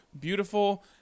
beautiful